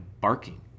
barking